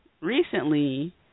recently